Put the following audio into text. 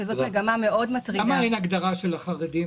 שזאת מגמה מטרידה מאוד --- למה אין פה הגדרה של החרדים?